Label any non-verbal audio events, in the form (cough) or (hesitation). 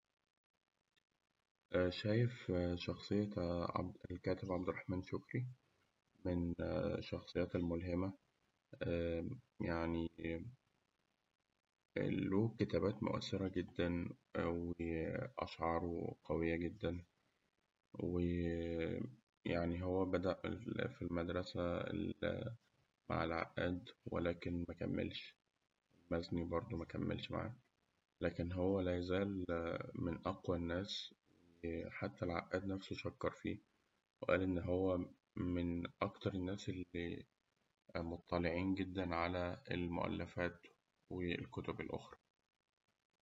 شايف شخصية عب- الكاتب عبد الرحمن شكري، من (hesitation) الشخصيات الملهمة يعني له كتابات مؤثرة جداً وأشعاره قوية جداً، ويعني هو بدأ في المدرسة مع العقاد ولكن مكملش، المازني برده مكملش معاه. لكن هو لا يزال من أقوى الناس حتى العقاد نفسه شكر فيه وقال إن هو من أكتر الناس المطلعين على المؤلفات والكتب الأخرى.